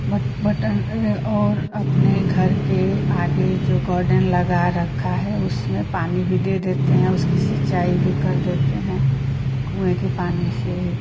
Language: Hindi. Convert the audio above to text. बट बटन और अपने घर के आगे जो गर्डेन लगा रखा है उसमें पानी भी दे देते हैं उसकी सिंचाई भी कर देते हैं कुएँ की पानी से